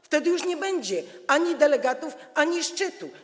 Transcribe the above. Wtedy już nie będzie ani delegatów, ani szczytu.